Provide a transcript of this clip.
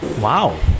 Wow